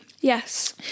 Yes